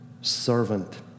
servant